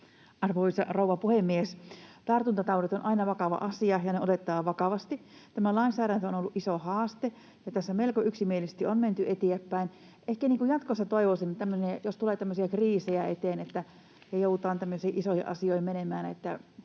Arvoisa rouva puhemies! Tartuntataudit ovat aina vakava asia, ja ne on otettava vakavasti. Tämä lainsäädäntö on ollut iso haaste, ja tässä melko yksimielisesti on menty eteenpäin. Ehkä jatkossa toivoisin, että jos tulee tämmöisiä kriisejä eteen ja joudutaan tämmöisiin isoihin